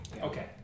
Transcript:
Okay